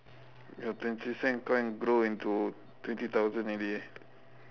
your twenty cent coin grow into twenty thousand already